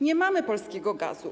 Nie mamy polskiego gazu.